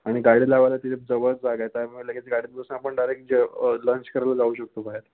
आणि गाडी लावायला तिथे जवळच जागा आहे त्यामुळे लगेच गाडीत बसून आपण डायरेक ज लंच करायला जाऊ शकतो बाहेर